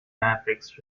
mavericks